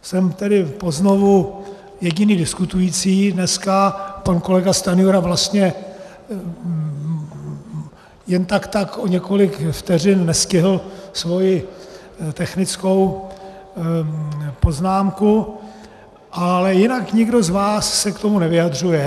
Jsem tedy poznovu jediný diskutující dneska, pan kolega Stanjura vlastně jen tak tak o několik vteřin nestihl svoji technickou poznámku, ale jinak se nikdo z vás k tomu nevyjadřuje.